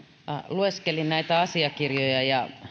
lueskelin näitä asiakirjoja ja